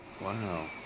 Wow